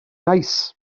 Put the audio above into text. nice